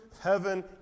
heaven